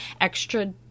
extra